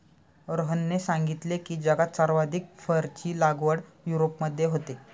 रोहनने सांगितले की, जगात सर्वाधिक फरची लागवड युरोपमध्ये होते